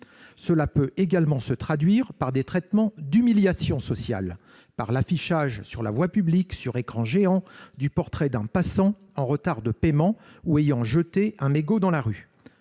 Cela peut également se traduire par des traitements d'humiliation sociale, par l'affichage sur la voie publique et sur écran géant du portrait d'un passant en retard de paiement ou ayant jeté un mégot dans la rue.